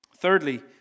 Thirdly